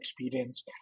experience